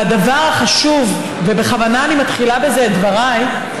והדבר החשוב, ובכוונה אני מתחילה בזה את דבריי,